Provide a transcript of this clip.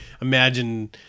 imagine